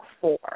four